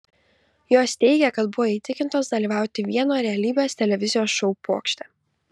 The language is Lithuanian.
jos teigė kad buvo įtikintos dalyvauti vieno realybės televizijos šou pokšte